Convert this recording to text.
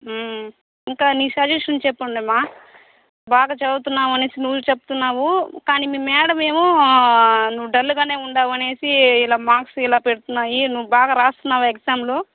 ఇంకా నీ షజేషన్ చెప్పండి అమ్మా బాగా చదువుతున్నావనేసి నువు చెప్తున్నావు కాని మీ మేడం ఏమో నువ్వు డల్గానే ఉంన్నావనేసి ఇలా మర్క్స్ ఇలా పెడుతున్నాయి నువ్వు బాగా రాస్తున్నావా ఎగ్జామ్లు